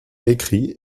écrits